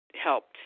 helped